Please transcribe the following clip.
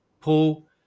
Paul